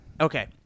okay